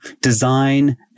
Design